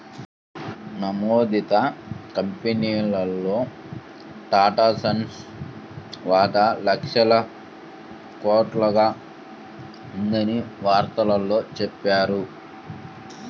నమోదిత కంపెనీల్లో టాటాసన్స్ వాటా లక్షల కోట్లుగా ఉందని వార్తల్లో చెప్పారు